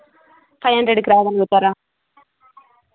five హండ్రెడ్కి రాగలుగుతారా